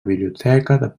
biblioteca